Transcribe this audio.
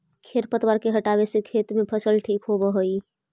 खेर पतवार के हटावे से खेत में फसल ठीक होबऽ हई